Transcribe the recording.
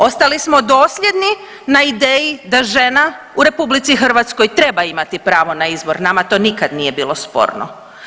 Ostali smo dosljedni na ideji da žena u RH treba imati pravo na izbor, nama to nikad nije bilo sporno.